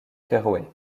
féroé